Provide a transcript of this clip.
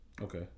Okay